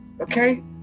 Okay